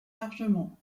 largement